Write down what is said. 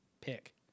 pick